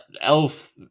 elf